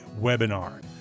webinar